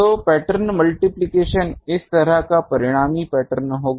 तो pattern multiplication इस तरह का परिणामी पैटर्न होगा